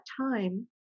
time